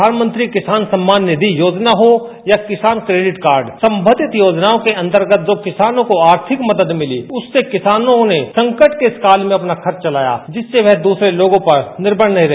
प्रधानमंत्री किसान सम्मान निधि योजना हो या किसान क्रेडिट कार्ड संबंधित योजनाओं के अंतर्गत जो किसानों को आर्थिक मदद मिली उससे किसानों ने संकट के इस काल में अपना खर्च चलाया जिससे वह दूसरों लोगों पर निर्मर नहीं रहे